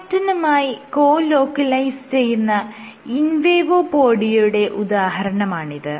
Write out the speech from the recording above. കോർട്ടാക്റ്റിനുമായി colocalise ചെയ്യുന്ന ഇൻവേഡോപോഡിയയുടെ ഉദാഹരണമാണിത്